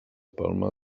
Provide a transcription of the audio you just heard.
palma